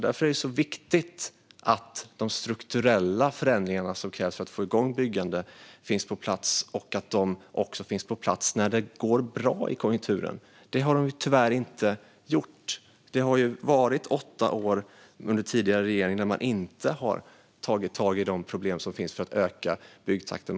Därför är det mycket viktigt att de strukturella förändringar som krävs för att få igång byggande finns på plats - och att de även finns på plats när det går bra i konjunkturen. Det har de tyvärr inte gjort; det har ju varit åtta år under den tidigare regeringen då man inte har tagit tag i de problem som finns i ett försök att öka byggtakten.